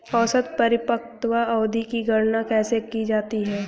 औसत परिपक्वता अवधि की गणना कैसे की जाती है?